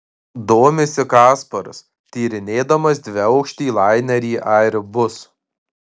domisi kasparas tyrinėdamas dviaukštį lainerį airbus